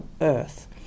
Earth